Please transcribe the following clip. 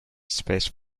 space